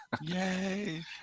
Yay